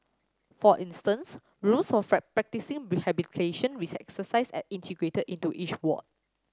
for instance rooms for practising rehabilitation exercises are integrated into each ward